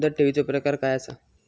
मुदत ठेवीचो प्रकार काय असा?